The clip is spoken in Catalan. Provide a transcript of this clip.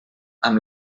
amb